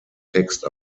text